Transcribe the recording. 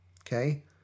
okay